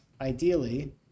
ideally